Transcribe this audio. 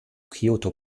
kyoto